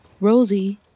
Rosie